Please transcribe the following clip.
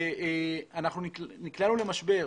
אנחנו נקלענו למשבר,